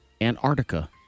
Antarctica